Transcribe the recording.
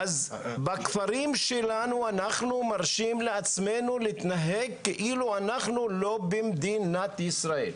בכפרים שלנו אנחנו מרשים לעצמנו להתנהג כאילו אנחנו לא במדינת ישראל,